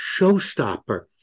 showstopper